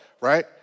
right